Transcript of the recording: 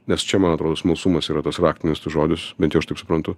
nes čia man atrodo smalsumas yra tas raktinis tas žodžis bet jau aš taip suprantu